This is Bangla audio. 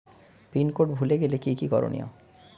পিন কোড ভুলে গেলে কি কি করনিয়?